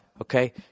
okay